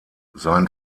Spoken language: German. sein